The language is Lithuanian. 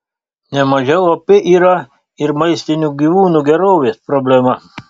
nemažiau opi yra ir maistinių gyvūnų gerovės problema